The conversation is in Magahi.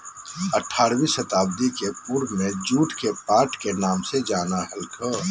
आठारहवीं शताब्दी के पूर्व में जुट के पाट के नाम से जानो हल्हो